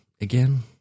again